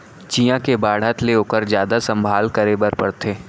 चियॉ के बाढ़त ले ओकर जादा संभाल करे बर परथे